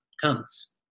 comes